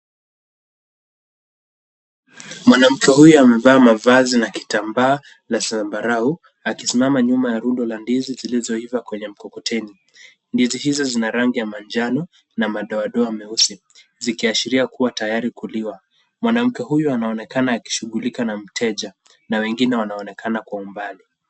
Mwanamke huyu amevaa mavazi na kitambaa la zambarau akisimama nyuma ya rundo la ndizi zilizoiva kwenye mkokoteni. Ndizi hizo zina rangi ya manjano na madoadoa meusi zikiashiria kuwa tayari kuliwa. Mwanamke huyu anaonekana akishughulika na mteja na wengine wanaonekana kwa umbali.